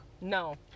No